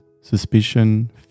suspicion